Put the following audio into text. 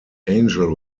angel